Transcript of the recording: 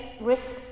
risks